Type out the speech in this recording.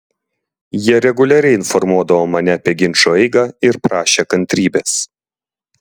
jie reguliariai informuodavo mane apie ginčo eigą ir prašė kantrybės